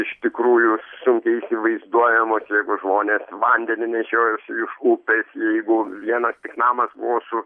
iš tikrųjų sunkiai įsivaizduojamos jeigu žmonės vandenį nešiojosi iš upės jeigu vienas tik namas buvo su